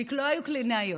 כי לא היו קלינאיות.